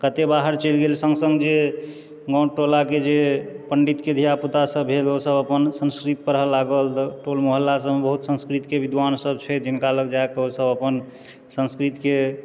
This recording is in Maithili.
कतेक बाहर चलि गेल सङ्ग सङ्ग जे मोहन टोलाके जे पण्डितके धिया पूता सब भेल ओ सब अपन संस्कृत पढ़ऽ लागल टोल मोहल्ला सबमे बहुत संस्कृतके विद्वान् सब छै जिनका लग जाकऽ ओ सब अपन संस्कृतके